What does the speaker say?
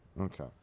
Okay